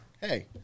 hey